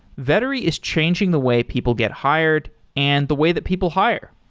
vettery is changing the way people get hired and the way that people hire.